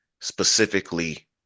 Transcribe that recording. specifically